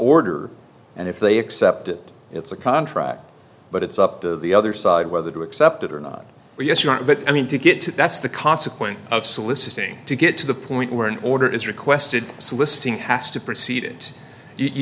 order and if they accept it it's a contract but it's up to the other side whether to accept it or not yes or not but i mean to get to that's the consequence of soliciting to get to the point where an order is requested soliciting has to precede it you